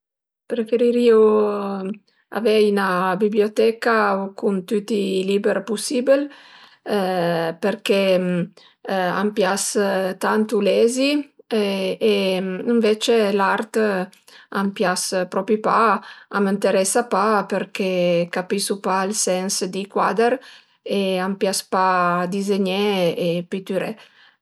Preferirìu avei 'na biblioteca cun tüti i liber pusibil përché a m'pias tantu lezi, ënvecce l'art a m'pias propi pa, a m'enteresa pa përché capisu pa ël sens di cuader e a m'pias pa dizegné e pitüré